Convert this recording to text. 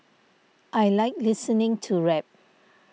I like listening to rap